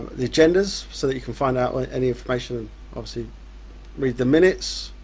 the agendas so that you can find out like any information and obviously read the minutes.